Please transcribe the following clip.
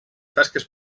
tasques